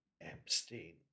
Epstein